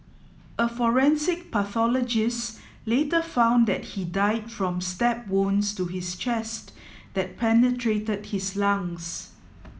a forensic pathologist later found that he died from stab wounds to his chest that penetrated his lungs